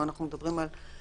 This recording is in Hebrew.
פה אנחנו מדברים בתקנות,